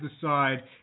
decide